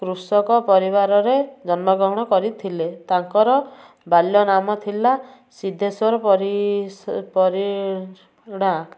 କୃଷକ ପରିବାରରେ ଜନ୍ମ ଗ୍ରହଣ କରିଥିଲେ ତାଙ୍କର ବାଲ୍ୟନାମ ଥିଲା ସିଦ୍ଧେଶ୍ଵର ପରିଡ଼ା